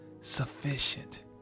sufficient